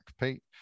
Pete